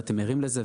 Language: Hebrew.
ואתם ערים לזה,